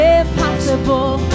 impossible